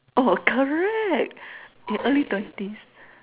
orh correct yeah early twenty